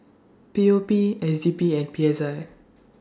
P O P S D P and P S I